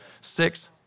Six